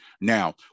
Now